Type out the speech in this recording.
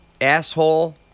asshole